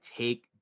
take